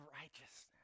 righteousness